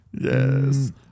Yes